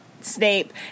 Snape